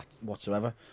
whatsoever